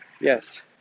Yes